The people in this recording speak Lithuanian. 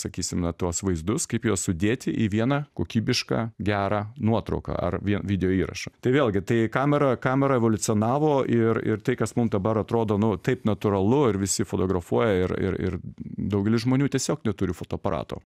sakysime tuos vaizdus kaip juos sudėti į vieną kokybišką gerą nuotrauką ar video įrašą tai vėlgi tai kamera kamera evoliucionavo ir ir tai kas mum dabar atrodo nu taip natūralu ir visi fotografuoja ir ir ir daugelis žmonių tiesiog neturi fotoaparato